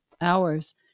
hours